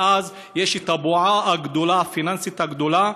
ואז יש בועה פיננסית גדולה,